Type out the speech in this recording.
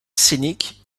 scénique